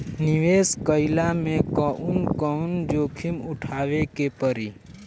निवेस कईला मे कउन कउन जोखिम उठावे के परि?